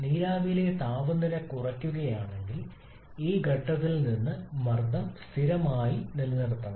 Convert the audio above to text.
നീരാവിയിലെ താപനില കുറയ്ക്കുകയാണെങ്കിൽ ഈ ഘട്ടത്തിൽ നിന്ന് മർദ്ദം സ്ഥിരമായി നിലനിർത്തുക